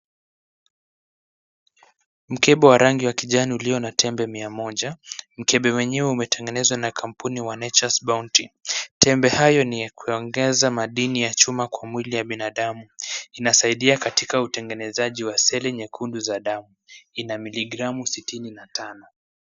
Mkebe wa rangi wa kijani ulio na tembe mia moja. Mkebe wenyewe umetengenezwa na kampuni wa Natures bounty. Tembe hayo ni yakuongeza madini ya chuma kwa mwili ya binadamu. Inasaidia katika utengenezaji wa seli nyekundu za damu. Ina miligramu sitini na tano.